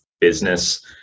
business